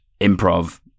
improv